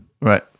right